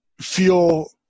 feel